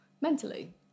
mentally